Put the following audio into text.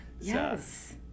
Yes